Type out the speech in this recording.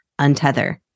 untether